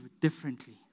differently